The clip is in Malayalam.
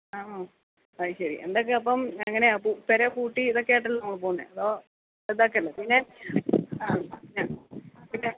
ആ ആ അത് ശരി എന്തൊക്കയാണ് അപ്പം എങ്ങനെയാണ് പെര പൂട്ടി ഇതക്കെ ആയിട്ടാണോ പോണത് അതോ ഇതാക്കല്ലേ പിന്നെ ആ പിന്നെ